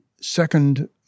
second